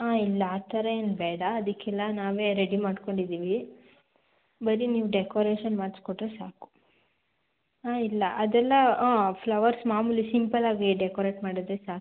ಹಾಂ ಇಲ್ಲ ಆ ಥರ ಏನು ಬೇಡ ಅದಕ್ಕೆಲ್ಲ ನಾವೇ ರೆಡಿ ಮಾಡಿಕೊಂಡಿದೀವಿ ಬರಿ ನೀವು ಡೆಕೋರೇಷನ್ ಮಾಡಿಸ್ಕೊಟ್ರೆ ಸಾಕು ಹಾಂ ಇಲ್ಲ ಅದೆಲ್ಲ ಹಾಂ ಫ್ಲವರ್ಸ್ ಮಾಮೂಲಿ ಸಿಂಪಲ್ಲಾಗೆ ಡೆಕೊರೇಟ್ ಮಾಡಿದ್ರೆ ಸಾಕು